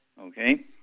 okay